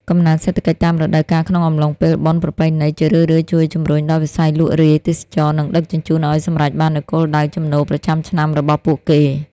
កំណើនសេដ្ឋកិច្ចតាមរដូវកាលក្នុងអំឡុងពេលបុណ្យប្រពៃណី ជារឿយៗជួយជំរុញដល់វិស័យលក់រាយ ទេសចរណ៍ និងដឹកជញ្ជូនឱ្យសម្រេចបាននូវគោលដៅចំណូលប្រចាំឆ្នាំរបស់ពួកគេ។